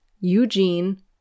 Eugene